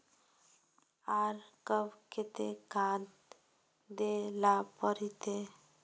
आर कब केते खाद दे ला पड़तऐ?